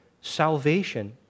salvation